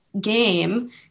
game